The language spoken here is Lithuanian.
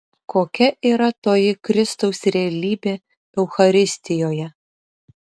kokia yra toji kristaus realybė eucharistijoje